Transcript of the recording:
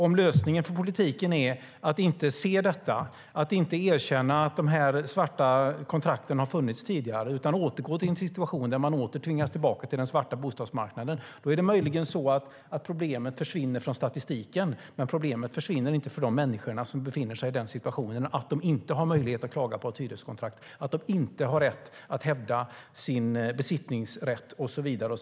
Om lösningen från politiken är att inte se detta - inte erkänna att de svarta kontrakten har funnits - utan återgå till en situation där människor tvingas tillbaka till den svarta bostadsmarknaden är det möjligen så att problemet försvinner från statistiken, men problemet försvinner inte för de människor som befinner sig i situationen att de inte har möjlighet att klaga på ett hyreskontrakt, hävda sin besittningsrätt och så vidare.